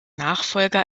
nachfolger